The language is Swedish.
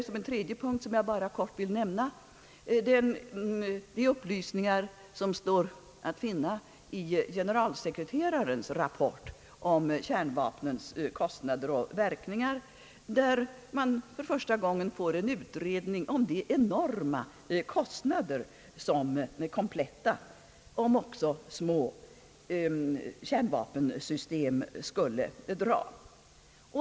Som en tredje punkt, vilken jag bara kort vill nämna, har vi de upplysningar som står att finna i FN:s generalsekreterares rapport om kärnvapnens kostnader och verkningar. Där får man för första gången en öppen utredning om de enorma kostnader som kompletta, om också små, kärnvapensystem skulle dra.